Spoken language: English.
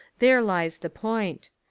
there lies the point.